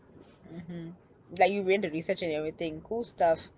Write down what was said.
mmhmm like you went to research and everything cool stuff